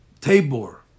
Tabor